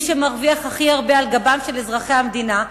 מי שמרוויח הכי הרבה על גבם של אזרחי המדינה,